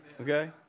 Okay